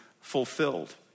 fulfilled